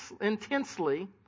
intensely